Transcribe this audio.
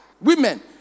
women